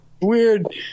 weird